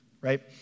right